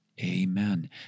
Amen